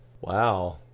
Wow